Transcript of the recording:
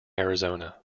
arizona